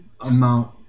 amount